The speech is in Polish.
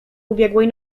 ubiegłej